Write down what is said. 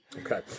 Okay